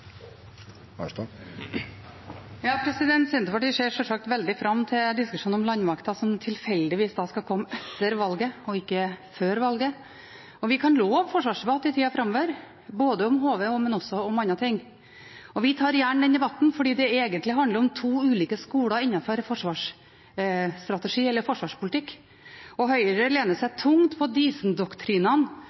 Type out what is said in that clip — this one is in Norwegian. Arnstad har hatt ordet to ganger tidligere og får ordet til en kort merknad, begrenset til 1 minutt. Senterpartiet ser sjølsagt veldig fram til diskusjonen om landmakten, som tilfeldigvis kommer etter – og ikke før – valget, og vi kan love forsvarsdebatt i tida framover, både om HV, men også om andre ting. Den debatten tar vi gjerne, fordi det egentlig handler om to ulike skoler innenfor forsvarspolitikken. Høyre lener seg tungt på